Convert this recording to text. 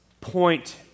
point